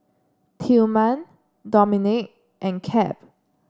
Tillman Dominique and Cap